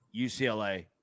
UCLA